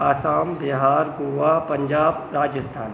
Assam Bihar Goa Punjab Rajasthan